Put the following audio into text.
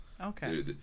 Okay